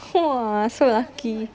!wah! so lucky